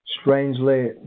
Strangely